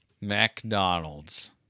McDonald's